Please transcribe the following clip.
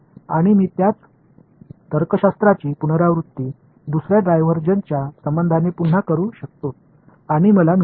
आणि मी त्याच तर्कशास्त्राची पुनरावृत्ती दुसर्या डायव्हर्जन्सच्या संबंधाने पुन्हा करू शकतो आणि मला मिळेल